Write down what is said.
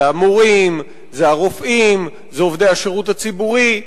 זה המורים, זה הרופאים, זה עובדי השירות הציבורי.